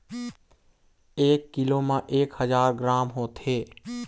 एक कीलो म एक हजार ग्राम होथे